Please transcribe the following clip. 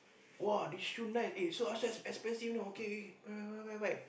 !wah! this shoe nice eh sell outside so expensive know okay K K buy buy buy